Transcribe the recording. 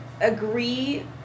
agree